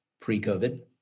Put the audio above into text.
pre-COVID